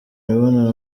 imibonano